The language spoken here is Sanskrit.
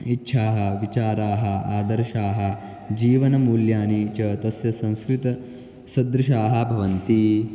इच्छाः विचाराः आदर्शाः जीवनमूल्यानि च तस्य संस्कृतसदृशाः भवन्ति